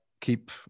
keep